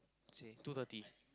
say two thirty